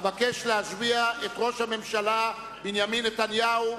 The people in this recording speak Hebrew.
אבקש להשביע את ראש הממשלה בנימין נתניהו.